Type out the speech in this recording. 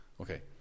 Okay